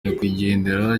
nyakwigendera